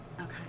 Okay